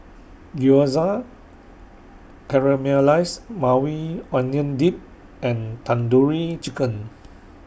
Gyoza Caramelized Maui Onion Dip and Tandoori Chicken